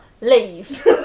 leave